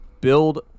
build